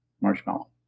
marshmallow